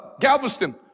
Galveston